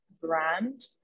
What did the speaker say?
brand